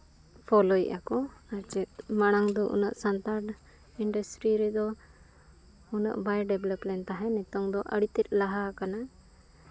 ᱯᱷᱳᱞᱳᱭᱮᱫᱼᱟ ᱠᱚ ᱡᱮ ᱢᱟᱲᱟᱝ ᱫᱚ ᱩᱱᱟᱹᱜ ᱥᱟᱱᱛᱟᱲ ᱤᱱᱰᱟᱥᱴᱨᱤ ᱨᱮᱫᱚ ᱩᱱᱟᱹᱜ ᱵᱟᱭ ᱰᱮᱵᱷᱞᱚᱯ ᱞᱮᱱ ᱛᱟᱦᱮᱱ ᱱᱤᱛᱚᱝ ᱫᱚ ᱟᱹᱰᱤ ᱛᱮᱫ ᱞᱟᱦᱟ ᱟᱠᱟᱱᱟ